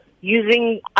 using